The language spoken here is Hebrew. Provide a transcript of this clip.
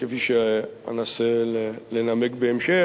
כפי שאנסה לנמק בהמשך,